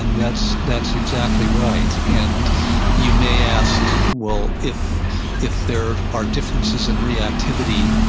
and that's that's exactly right. and you may ask, well, if if there are differences in reactivity,